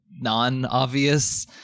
non-obvious